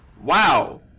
Wow